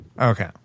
Okay